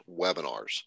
Webinars